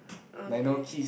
okay